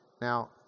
Now